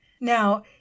Now